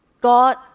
God